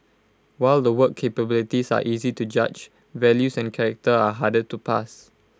while the work capabilities are easy to judge values and character are harder to pass